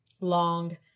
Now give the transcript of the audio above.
long